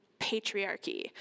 patriarchy